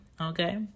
Okay